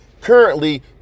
currently